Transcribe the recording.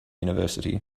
university